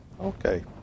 Okay